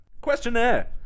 Questionnaire